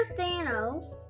Thanos